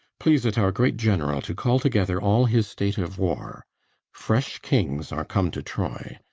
please it our great general to call together all his state of war fresh kings are come to troy.